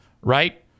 right